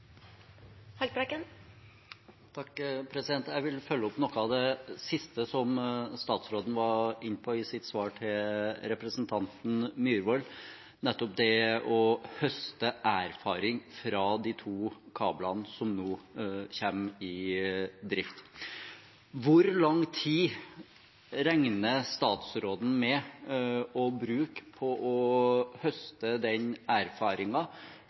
Jeg vil følge opp noe av det siste statsråden var inne på i sitt svar til representanten Myhrvold, nettopp det å høste erfaring fra de to kablene som nå kommer i drift. Hvor lang tid regner statsråden med å bruke på å høste den